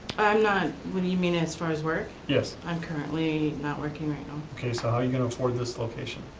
not, what do you mean, as far as work? yes. i'm currently not working right now. okay, so how are you going to afford this location?